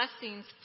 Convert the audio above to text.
blessings